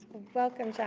welcome,